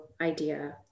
idea